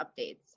updates